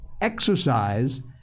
exercise